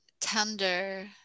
tender